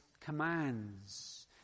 commands